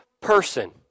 person